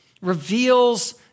reveals